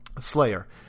Slayer